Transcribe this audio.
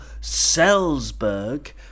Salzburg